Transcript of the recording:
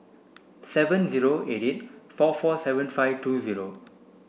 seven zero eight eight four four seven five two zero